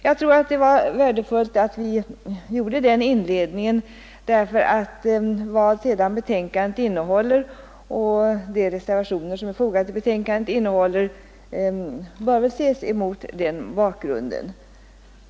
Jag tror det var värdefullt att utskottet gjorde denna inledning, för vad betänkandet och reservationerna sedan innehåller bör ses mot den bakgrund som direktiven utgör.